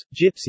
gypsy